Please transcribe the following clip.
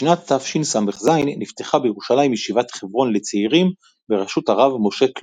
בשנת תשס"ז נפתחה בירושלים ישיבת חברון לצעירים בראשות הרב משה קלור.